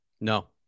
No